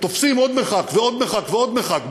תופסים עוד מרחק ועוד מרחק ועוד מרחק.